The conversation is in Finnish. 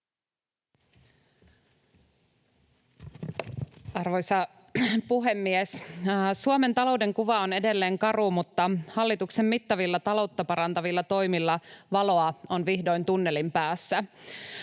Arvoisa puhemies! Suomen talouden kuva on edelleen karu, mutta hallituksen mittavilla taloutta parantavilla toimilla valoa on vihdoin tunnelin päässä.